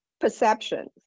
perceptions